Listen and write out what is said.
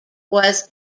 was